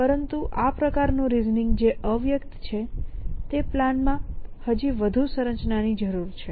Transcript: પરંતુ આ પ્રકારનું રિઝનિંગ જે અવ્યક્ત છે તે પ્લાનમાં હજી વધુ સંરચના ની જરૂર છે